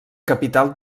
capital